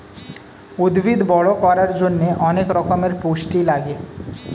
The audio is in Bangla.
উদ্ভিদ বড় করার জন্যে অনেক রকমের পুষ্টি লাগে